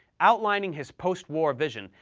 outlining his postwar vision,